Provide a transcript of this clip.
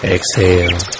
Exhale